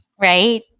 Right